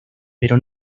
pero